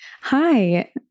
Hi